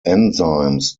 enzymes